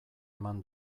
eman